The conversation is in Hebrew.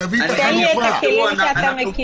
תן לי את הכלים שאתה מכיר.